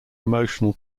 emotional